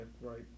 right